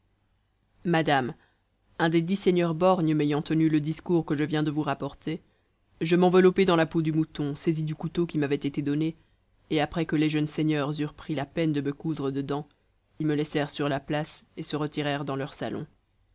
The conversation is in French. madame un des dix seigneurs borgnes m'ayant tenu le discours que je viens de vous rapporter je m'enveloppai dans la peau du mouton saisi du couteau qui m'avait été donné et après que les jeunes seigneurs eurent pris la peine de me coudre dedans ils me laissèrent sur la place et se retirèrent dans leur salon